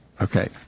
okay